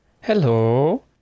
Hello